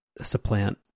supplant